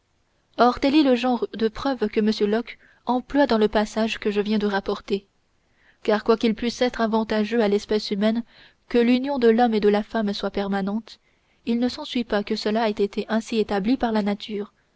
tel est le genre de preuve que m locke emploie dans le passage que je viens de rapporter car quoiqu'il puisse être avantageux à l'espèce humaine que l'union de l'homme et de la femme soit permanente il ne s'ensuit pas que cela ait été ainsi établi par la nature